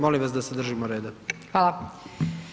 Molim vas da se držimo reda.